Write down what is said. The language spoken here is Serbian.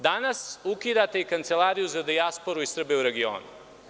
Danas ukidate i Kancelariju za dijasporu i Srbe u regionu.